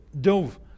dove